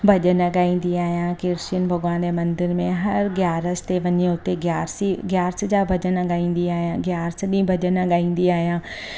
भजन गाईंदी आहियां कृष्न भगवान जे मंदर में हर ग्यारस ते वञी हुते ग्यारसी ग्यारस जा भॼन गाईंदी आहियां ग्यारस ॾींहुं भॼन गाईंदी आहियां